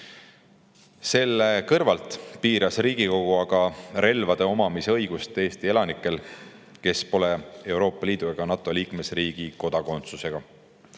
Selle kõrval piiras Riigikogu aga relvade omamise õigust Eesti elanikel, kes pole Euroopa Liidu ega NATO liikmesriigi kodakondsusega.